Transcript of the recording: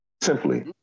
simply